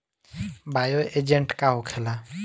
Bio agent का होखेला?